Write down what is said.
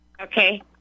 Okay